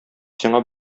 сиңа